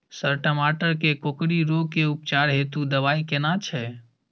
Sir टमाटर में कोकरि रोग के उपचार हेतु दवाई केना छैय?